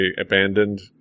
abandoned